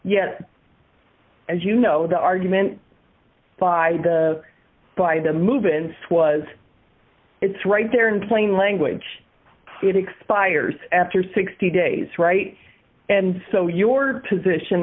as you know the argument by the by the movements was it's right there in plain language it expires after sixty days right and so your position